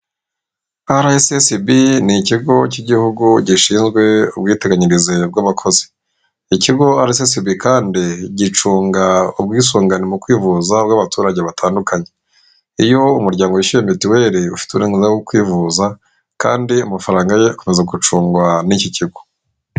RSSB ni ikigo cy'igihugu gishinzwe ubwiteganyirize bw'abakozi, ikigo RSSB kandi gicunga ubwisungane mu kwivuza bw'abaturage batandukanye. Iyo umuryango wishyuye mituweli uba ufite uburenganzira bwo kwivuza kandi amafaranga ye akomeza gucungwa n'iki kigo.